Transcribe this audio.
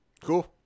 Cool